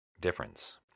difference